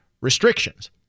restrictions